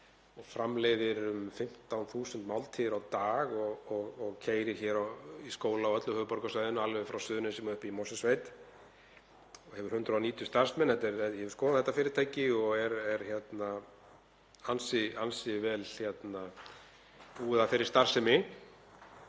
framleiðir um 15.000 máltíðir á dag og keyrir hér í skóla á öllu höfuðborgarsvæðinu, alveg frá Suðurnesjum og upp í Mosfellsbæ, og hefur 190 starfsmenn. Ég hef skoðað þetta fyrirtæki og er ansi vel búið að þeirri starfsemi